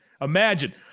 Imagine